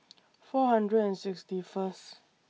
four hundred and sixty First